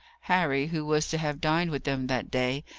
harry, who was to have dined with them that day,